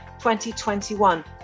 2021